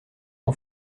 ton